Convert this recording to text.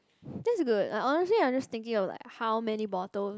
that's good I honestly I'm just thinking of like how many bottles